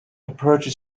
preparatory